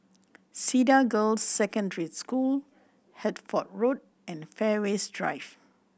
Cedar Girls' Secondary School Hertford Road and Fairways Drive